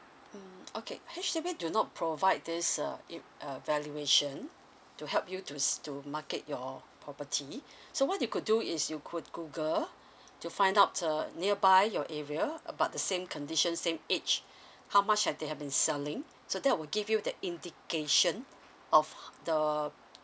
mm okay H_B_D do not provide this uh e~ uh valuation to help you to s~ to market your property so what you could do is you could google to find out uh nearby your area about the same condition same age how much have they have been selling so that will give you that indication of ho~ the